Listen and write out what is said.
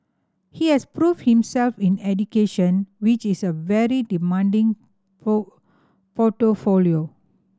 he has proved himself in education which is a very demanding portfolio